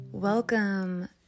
welcome